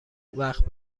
وقت